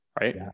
right